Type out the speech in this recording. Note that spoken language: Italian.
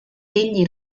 egli